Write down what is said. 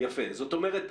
זאת אומרת,